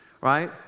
Right